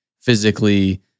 physically